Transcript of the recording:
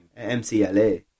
MCLA